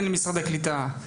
אתן לנציגי משרד הקליטה להסביר.